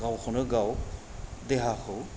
गावखौनो गाव देहाखौ